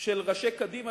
של ראשי קדימה,